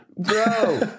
Bro